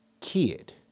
kid